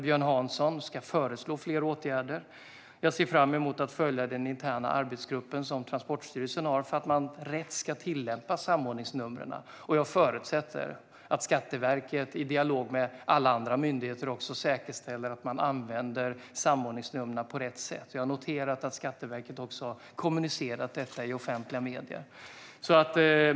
Björn Hansson ska i den föreslå fler åtgärder. Jag ser fram emot att följa Transportstyrelsens interna arbetsgrupp som ska verka för att man tillämpar reglerna för samordningsnumren på rätt sätt. Jag förutsätter också att Skatteverket i dialog med alla andra myndigheter också säkerställer att man använder samordningsnumren på rätt sätt. Jag har noterat att Skatteverket dessutom har kommunicerat detta i offentliga medier.